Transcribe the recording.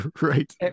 Right